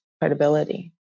credibility